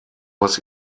was